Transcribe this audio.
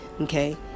Okay